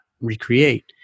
recreate